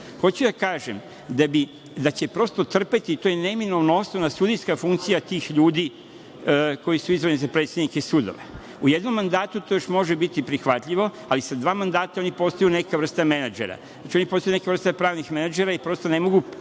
da kažem da će prosto trpeti, to je neminovno, osnovna sudijska funkcija tih ljudi koji su izabrani za predsednike sudova. U jednom mandatu to još može biti prihvatljivo, ali sa dva mandata oni postaju neka vrsta menadžera. Oni postaju neka vrsta pravnih menadžera i prosto ne mogu